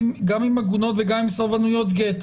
גם עם עגונות וגם עם סרבנויות גט.